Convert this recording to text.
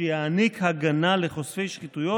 שיעניק הגנה לחושפי שחיתויות.